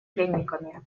пленниками